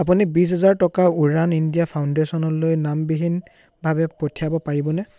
আপুনি বিশ হেজাৰ টকা উড়ান ইণ্ডিয়া ফাউণ্ডেচনলৈ নামবিহীন ভাৱে পঠিয়াব পাৰিবনে